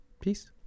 Peace